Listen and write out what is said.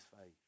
faith